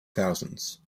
thousands